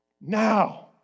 Now